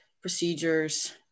procedures